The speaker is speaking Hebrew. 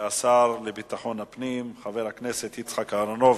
השר לביטחון פנים, חבר הכנסת יצחק אהרונוביץ,